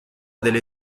delle